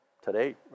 today